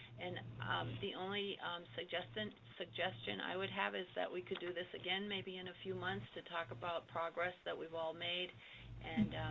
and the only suggestion suggestion i would have is that we could do this again, maybe in a few months, to talk about progress that we've all made and